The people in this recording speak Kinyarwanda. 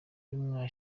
urimo